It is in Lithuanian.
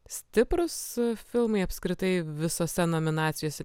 stiprūs filmai apskritai visose nominacijose